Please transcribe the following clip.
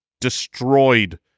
destroyed